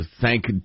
Thank